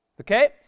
okay